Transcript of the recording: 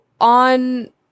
on